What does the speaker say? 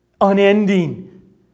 Unending